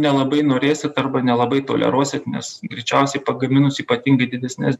nelabai norėsit arba nelabai toleruosit nes greičiausiai pagaminus ypatingai didesnės